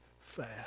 fast